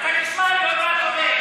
אתה תשמע, אני עוד מעט עולה.